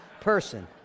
person